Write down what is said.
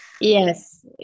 yes